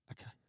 Okay